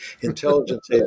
intelligence